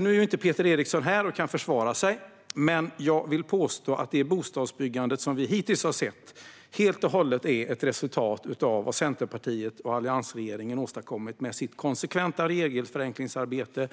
Nu är inte Peter Eriksson här och kan försvara sig, men jag vill påstå att det bostadsbyggande vi hittills har sett helt och hållet är ett resultat av vad Centerpartiet och alliansregeringen har åstadkommit med sitt konsekventa regelförenklingsarbete.